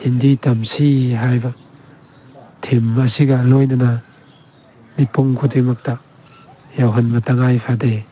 ꯍꯤꯟꯗꯤ ꯇꯝꯁꯤ ꯍꯥꯏꯕ ꯊꯤꯝ ꯑꯁꯤꯒ ꯂꯣꯏꯅꯅ ꯃꯤꯄꯨꯝ ꯈꯨꯗꯤꯡꯃꯛꯇ ꯌꯧꯍꯟꯕ ꯇꯉꯥꯏ ꯐꯗꯦ